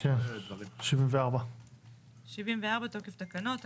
כן, 74. 74. תוקף תקנות.